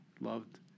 loved